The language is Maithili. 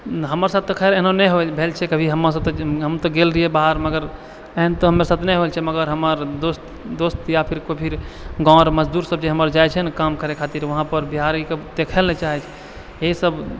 हमर साथ तऽ खैर एहनो नहि भेल छै कभी हमर साथ हम तऽ गेल रहियै बहारो एहेन तऽ हमरा साथ नहि भेल छै मगर हमर दोस्त या फिर गाँव या मजदूर अर जाइ छथिन काम करै खातिर फिर वहाँपर बिहारी सब देखै लए नहि चाहै छै तऽ ई सब